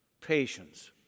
Patience